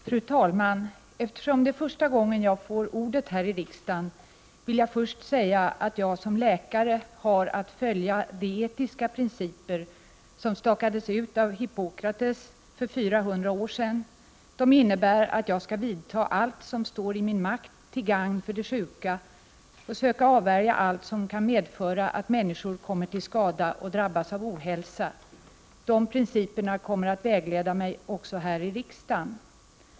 Fru talman! Eftersom det är första gången jag får ordet här i riksdagen, vill jag först säga att jag som läkare har att följa de etiska principer som stakades ut av Hippokrates 400 år f. Kr. De innebär att jag skall göra allt som står i min makt till gagn för de sjuka och söka avvärja allt som kan medföra att människor kommer till skada och drabbas av ohälsa. De principerna kommer att vägleda mig också här i riksdagen.